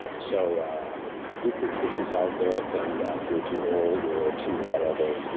so you big sissies out there saying that you are too old or too whatever,